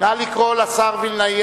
נא לקרוא לשר וילנאי,